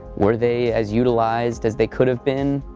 were they as utilized as they could have been?